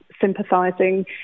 sympathising